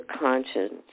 conscience